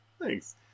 Thanks